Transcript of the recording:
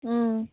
ம்